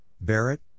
Barrett